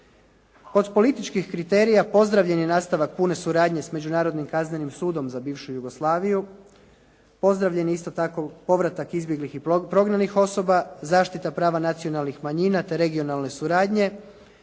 Od političkih kriterija pozdravljen je nastavak pune suradnje s Međunarodnim kaznenim sudom za bivšu Jugoslaviju. Pozdravljen je isto tako povratak izbjeglih i prognanih osoba, zaštita prava nacionalnih manjina te regionalne suradnje